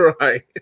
Right